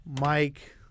Mike